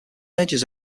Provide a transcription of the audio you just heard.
urges